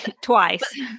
twice